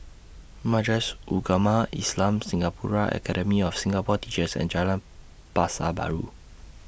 Majlis Ugama Islam Singapura Academy of Singapore Teachers and Jalan Pasar Baru